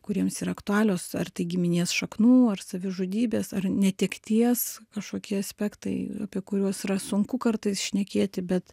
kuriems yra aktualios ar tai giminės šaknų ar savižudybės ar netekties kažkokie aspektai apie kuriuos yra sunku kartais šnekėti bet